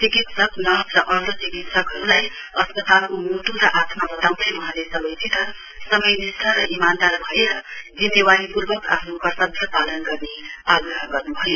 चिकित्सक नर्स र अर्धचिकित्सकहरुलाई अस्पतालको मुटु र आत्मा बताउँदै वहाँले सबैसित समयनिष्ठ र इमानदार भएर जिम्मेवारि पूर्वक आफ्नो कर्तव्य पालन गर्ने आग्रह गर्नुभयो